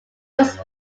was